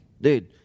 dude